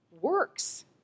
works